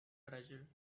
treasure